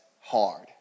hard